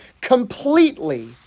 completely